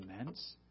immense